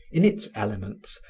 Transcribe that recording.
in its elements,